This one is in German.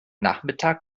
nachmittag